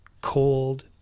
cold